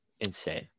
insane